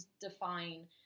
define